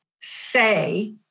say